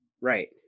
Right